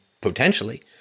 potentially